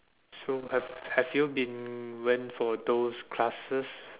so have have you been went for those classes